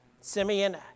Simeon